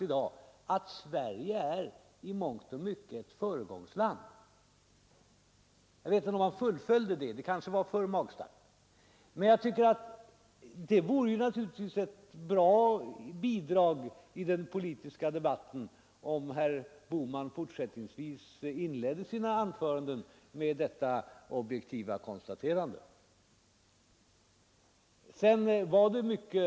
Men det vore naturligtvis ett bra bidrag till den politiska debatten om herr Bohman fortsättningsvis inledde sina anföranden med detta objektiva konsta Så här mycket högre skulle skatten varit i år om moderaterna, centern och folkpartiet vunnit omröstningen i riksdagen. Trots hårt borgerligt motstånd drev socialdemokraterna våren 1972 igenom en sänkning av den direkta statliga skatten för de stora löntagargrupperna. Tabellen visar vad skatteomläggningen betyder i olika inkomstlägen. än ca 3000 kronor blir månadssiffrorna 5 kronor lägre än vad tabellen visar. Andra större avdrag i samband med deklarationen har motsvarande effekt.